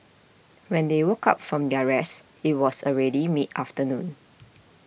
when they woke up from their rest it was already mid afternoon